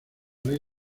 ley